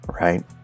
Right